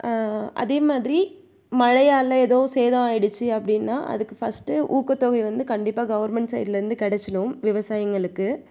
அதேமாதிரி மழையால் எதுவும் சேதமாயிடுச்சு அப்படினா அதுக்கு ஃபர்ஸ்ட்டு ஊக்கத்தொகை வந்து கண்டிப்பாக கவர்மெண்ட் சைடுலேர்ந்து கிடச்சிடும் விவசாயிங்களுக்கு